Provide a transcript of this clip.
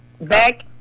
Back